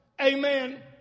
amen